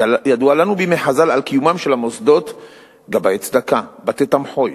ידוע לנו שבימי חז"ל התקיימו המוסדות גבאי צדקה ובתי-תמחוי.